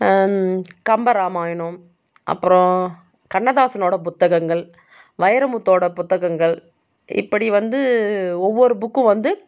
கம்பராமாயணம் அப்புறம் கண்ணதாசனோட புத்தகங்கள் வைரமுத்தோட புத்தகங்கள் இப்படி வந்து ஒவ்வொரு புக்கும் வந்து